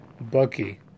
Bucky